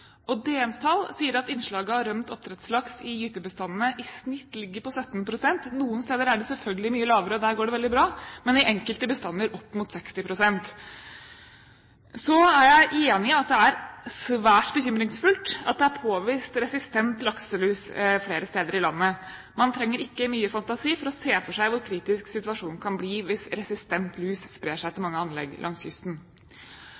tall sier at innslaget av rømt oppdrettslaks i gytebestandene i snitt ligger på 17 pst. Noen steder er det selvfølgelig mye lavere, og der går det veldig bra, men i enkelte bestander er det opp mot 60 pst. Så er jeg enig i at det er svært bekymringsfullt at det er påvist resistent lakselus flere steder i landet. Man trenger ikke mye fantasi for å se for seg hvor kritisk situasjonen kan bli hvis resistent lus sprer seg til